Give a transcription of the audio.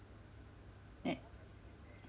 that